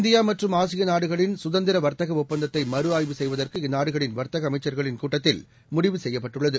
இந்தியாமற்றும்ஆசியநாடுகளின்சுதந்திரவர்த்தகஒப்பந் தத்தைமறுஆய்வுசெய்வதற்குஇந்நாடுகளின்வர்த்தகஅ மைச்சர்களின்கூட்டத்தில்முடிவுசெய்யப்பட்டுள்ளது